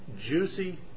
juicy